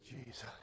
Jesus